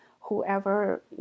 whoever